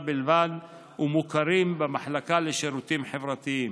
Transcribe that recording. בלבד ומוכרים במחלקה לשירותים חברתיים.